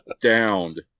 downed